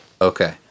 Okay